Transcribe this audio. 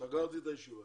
הישיבה